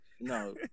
No